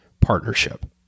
partnership